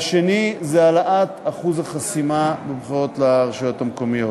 השני זה העלאת אחוז החסימה בבחירות לרשויות המקומיות.